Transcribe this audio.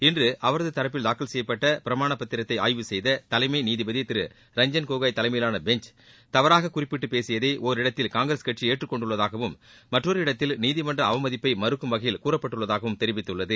இன்று அவரது தரப்பில் தூக்கல் செய்யப்பட்ட பிரமாணப் பத்திரத்தை ஆய்வு செய்த தலைமை நீதிபதி திரு ரஞ்சன் கோகோய் தலைமையிலான பெஞ்ச் தவறாக குறிப்பிட்டு பேசியதை ஒரிடத்தில் காங்கிரஸ் கட்சி ஏற்றுக்கொண்டுள்ளதாகவும் மற்றொரு இடத்தில் நீதிமன்ற அவமதிப்பை மறுக்கும் வகையில் கூறப்பட்டுள்ளதாகவும் தெரிவித்துள்ளது